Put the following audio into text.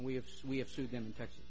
we have so we have sued them in texas